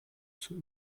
zur